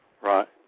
Right